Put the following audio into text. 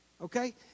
okay